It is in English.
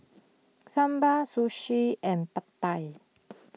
Sambar Sashimi and Pad Thai